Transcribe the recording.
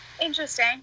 interesting